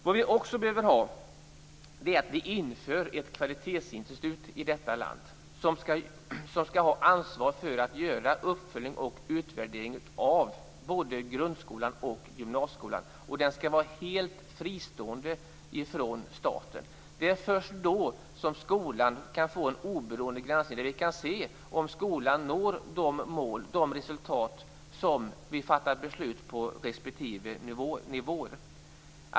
Vad vi också behöver göra är att införa ett kvalitetsinstitut i detta land, som skall ha ansvar för att göra uppföljning och utvärdering av både grundskolan och gymnasieskolan. Den skall vara helt fristående från staten. Det är först då skolan kan få en oberoende granskning där vi kan se om den når de mål, de resultat, som vi har fattat beslut om på respektive nivåer.